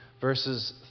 verses